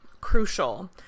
crucial